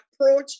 approach